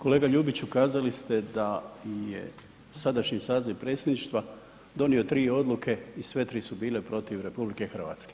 Kolega Ljubiću kazali ste da je sadašnji saziv predsjedništva donio tri odluke i sve tri su bile protiv RH.